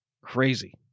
Crazy